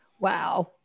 Wow